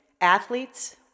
Athletes